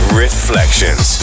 reflections